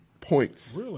points